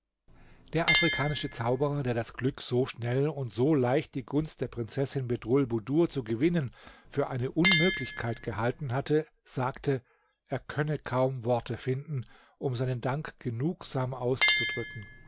der afrikanische zauberer der das glück so schnell und so leicht die gunst der prinzessin bedrulbudur zu gewinnen für eine unmöglichkeit gehalten hatte sagte er könne kaum worte finden um seinen dank genugsam auszudrücken